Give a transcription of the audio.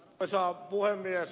arvoisa puhemies